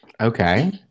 Okay